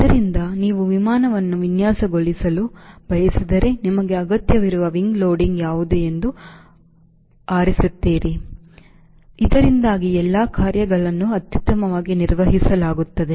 ಆದ್ದರಿಂದ ನೀವು ವಿಮಾನವನ್ನು ವಿನ್ಯಾಸಗೊಳಿಸಲು ಬಯಸಿದರೆ ನಿಮಗೆ ಅಗತ್ಯವಿರುವ wing ಲೋಡಿಂಗ್ ಯಾವುದು ಎಂದು ನೀವು ಆರಿಸುತ್ತೀರಿ ಇದರಿಂದಾಗಿ ಎಲ್ಲಾ ಕಾರ್ಯಗಳನ್ನು ಅತ್ಯುತ್ತಮವಾಗಿ ನಿರ್ವಹಿಸಲಾಗುತ್ತದೆ